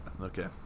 Okay